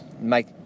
make